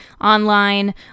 online